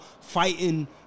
fighting